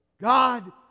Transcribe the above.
God